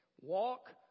walk